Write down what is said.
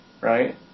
right